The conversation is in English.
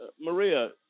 Maria